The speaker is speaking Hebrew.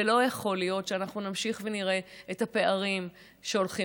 ולא יכול להיות שאנחנו נמשיך ונראה את הפערים שהולכים